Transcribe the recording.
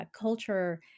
culture